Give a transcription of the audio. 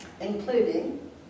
including